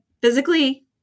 physically